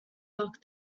block